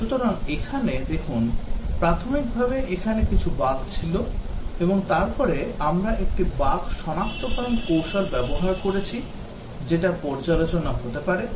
সুতরাং এখানে দেখুন প্রাথমিকভাবে এখানে কিছু বাগ ছিল এবং তারপরে আমরা একটি বাগ সনাক্তকরণ কৌশল ব্যবহার করেছি যেটা পর্যালোচনা হতে পারে